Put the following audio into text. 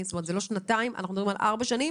אלה לא שנתיים אלא אנחנו מדברים על 4 שנים